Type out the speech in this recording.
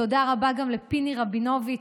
תודה רבה גם לפיני רבינוביץ',